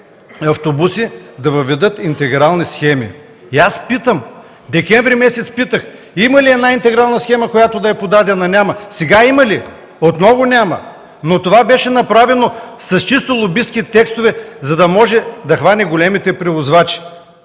автобуса, да въведат интегрални схеми. И аз декември месец питах – има ли една интегрална схема, която да е подадена? Няма. Сега има ли? Отново няма! Но това беше направено с чисто лобистки текстове, за да може да хване големите превозвачи.